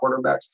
quarterbacks